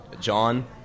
John